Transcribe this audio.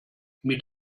mit